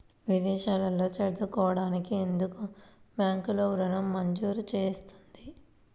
విదేశాల్లో చదువుకోవడానికి ఎందుకు బ్యాంక్లలో ఋణం మంజూరు చేస్తుంది?